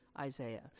Isaiah